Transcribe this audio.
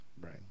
right